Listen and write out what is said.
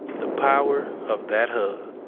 the power of that hug.